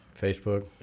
Facebook